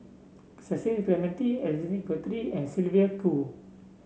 Cecil Clementi and Sylvia Kho